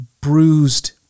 bruised